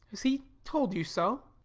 has he told you so?